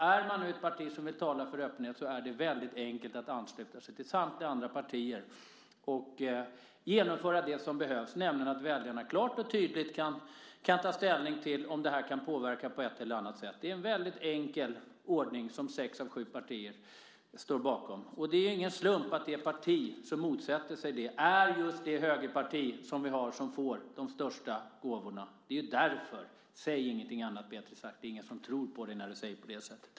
Är man ett parti som talar för öppenhet är det väldigt enkelt att ansluta sig till samtliga andra partier och genomföra det som behövs, nämligen att se till att väljarna klart och tydligt kan ta ställning till om det här på ett eller annat sätt kan påverka. Det är en väldigt enkel ordning som sex av sju partier står bakom. Det är ingen slump att det parti som motsätter sig det är just det högerparti som vi har och som får de största gåvorna. Det är därför - säg ingenting annat, Beatrice Ask, det är ingen som tror på det du säger.